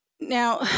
Now